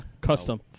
custom